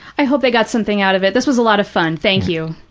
i hope they got something out of it. this was a lot of fun. thank you.